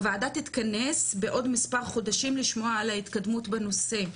הוועדה תתכנס בעוד מספר חודשים כדי לשמוע על ההתקדמות בנושא.